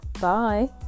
bye